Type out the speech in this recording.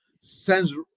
sends